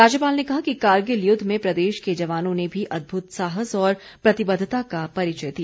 राज्यपाल ने कहा कि कारगिल युद्ध में प्रदेश के जवानों ने भी अदभुत साहस और प्रतिबद्धता का परिचय दिया